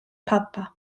papa